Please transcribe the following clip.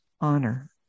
honor